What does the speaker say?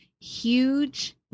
huge